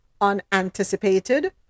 unanticipated